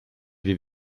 wir